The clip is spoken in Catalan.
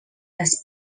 les